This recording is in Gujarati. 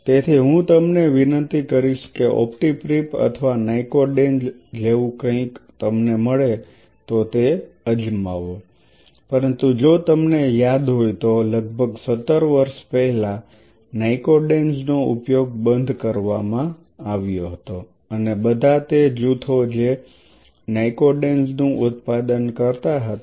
તેથી હું તમને વિનંતી કરીશ કે ઓપ્ટીપ્રિપ અથવા નાયકોડેન્ઝ જેવું કંઈક તમને મળે તો તે અજમાવો પરંતુ જો તમને યાદ હોય તો લગભગ 17 વર્ષ પહેલાં નાયકોડેન્ઝ નો ઉપયોગ બંધ કરવામાં આવ્યો હતો અને બધા તે જૂથો જે નાયકોડેન્ઝ નું ઉત્પાદન કરતા હતા